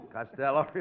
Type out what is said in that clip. Costello